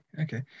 Okay